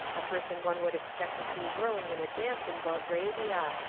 a person one would expect to see whirling in a dance in belgravia.